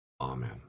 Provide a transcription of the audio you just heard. Amen